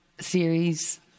series